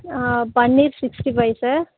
paneer sixty five sir